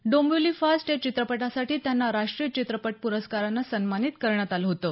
डोंबिवली फास्ट या चित्रपटासाठी त्यांना राष्टीय चित्रपट प्रस्कारानं सन्मानित करण्यात आलं होतं